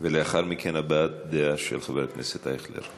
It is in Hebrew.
לאחר מכן, הבעת דעה של חבר הכנסת אייכלר.